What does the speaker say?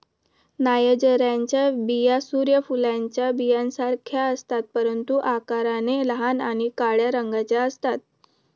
नायजरच्या बिया सूर्य फुलाच्या बियांसारख्याच असतात, परंतु आकाराने लहान आणि काळ्या रंगाच्या असतात